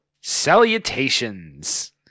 Salutations